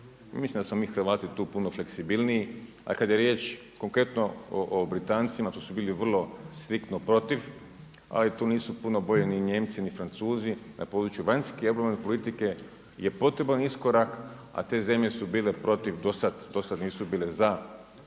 mislim da smo mi Hrvati tu puno fleksibilniji, a kada je riječ konkretno o Britancima tu su bili vrlo striktno protiv, ali tu nisu puno bolji ni Nijemci, ni Francuzi na području vanjske, obrambene politike je potreban iskorak a te zemlje su bile protiv, dosad nisu bile za.